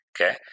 okay